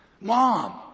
Mom